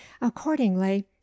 accordingly